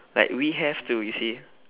like we have to you see